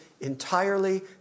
entirely